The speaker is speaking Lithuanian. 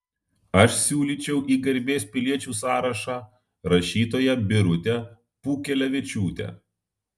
aš siūlyčiau į garbės piliečių sąrašą rašytoją birutę pūkelevičiūtę